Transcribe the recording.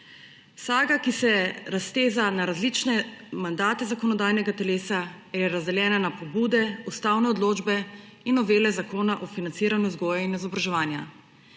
Saga, ki se razteza na različne mandate zakonodajnega telesa, je razdeljena na pobude, ustavne odločbe in novele Zakona o organizaciji in financiranju vzgoje in izobraževanja,